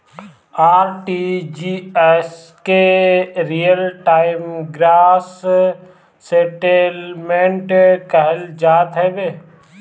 RTGS के real time gross settlement कहल जात हवे